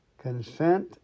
Consent